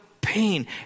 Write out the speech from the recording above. pain